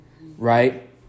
right